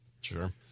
Sure